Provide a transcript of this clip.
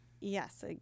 Yes